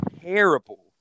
terrible